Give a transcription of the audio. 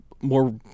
more